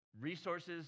resources